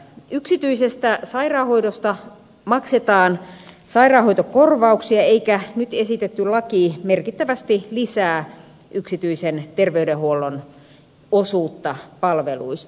yksityisestä sairaanhoidosta maksetaan sairaanhoitokorvauksia eikä nyt esitetty laki merkittävästi lisää yksityisen terveydenhuollon osuutta palveluista